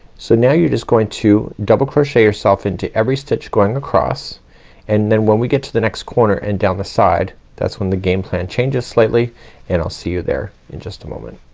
so now you're just going to double crochet yourself into every stitch going across and then when we get to the next corner and down the side that's when the game plan changes slightly and i'll see you there in just a moment.